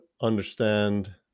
understand